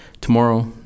tomorrow